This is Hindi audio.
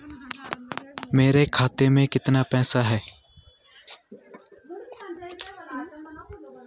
मेरे खाते में कितना पैसा है?